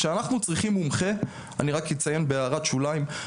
כשאנחנו צריכים מומחה אני רק אציין בהערת שוליים,